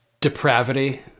depravity